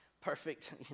perfect